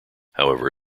however